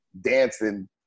dancing